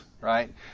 right